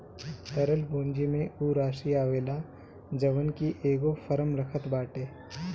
तरल पूंजी में उ राशी आवेला जवन की एगो फर्म रखत बाटे